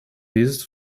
leased